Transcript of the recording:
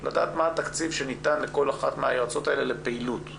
לדעת מה התקציב שניתן לכל אחת מהיועצות האלה לפעילות.